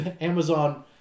Amazon